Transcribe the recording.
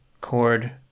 chord